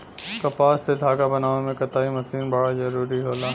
कपास से धागा बनावे में कताई मशीन बड़ा जरूरी होला